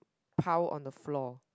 pile on the floor